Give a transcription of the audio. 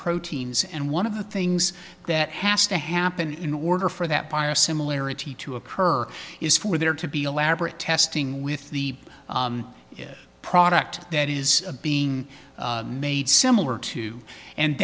proteins and one of the things that has to happen in order for that by a similarity to occur is for there to be elaborate testing with the product that is being made similar to and